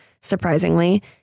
surprisingly